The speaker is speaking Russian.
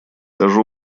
даже